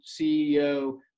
CEO